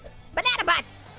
banana butts,